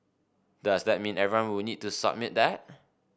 does that mean everyone would need to submit that